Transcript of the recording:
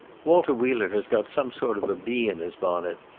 walter wheeler has got some sort of bee in his bonnet,